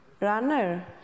runner